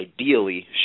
ideally